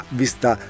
vista